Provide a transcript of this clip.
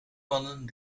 mannen